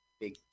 big